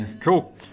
Cool